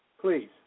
Please